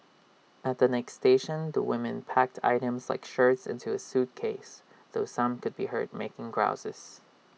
at the next station the women packed items like shirts into A suitcase though some could be heard making grouses